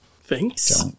thanks